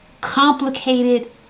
complicated